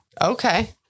Okay